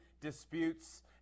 Disputes